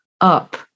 up